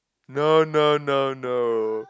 no no no no